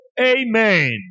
Amen